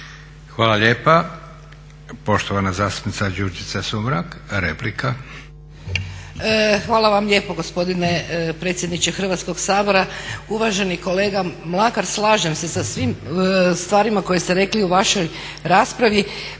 Hvala lijepa. Poštovana zastupnica Đurđica Sumrak replika. **Sumrak, Đurđica (HDZ)** Hvala vam lijepo gospodine predsjedniče Hrvatskog sabora. Uvaženi kolega Mlakar, slažem se sa svim stvarima koje ste rekli u vašoj raspravi,